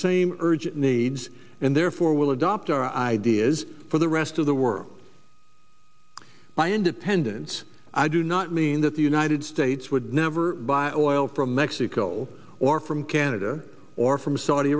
same urgent needs and therefore will adopt our ideas for the rest of the world by independent i do not mean that the united states would never buy oil from mexico or from canada or from saudi